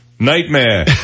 Nightmare